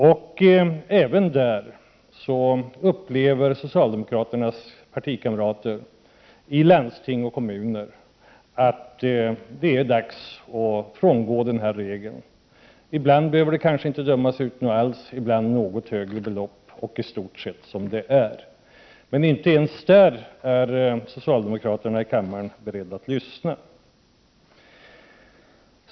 Även i den frågan upplever socialdemokraternas partikamrater i landsting och kommuner att det är dags för en förändring och vill frångå regeln. Ibland behöver det kanske inte dömas ut något alls, ibland något högre belopp och i stort sett som det är. Men inte ens där är socialdemokraterna i kammaren beredda att lyssna.